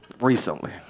recently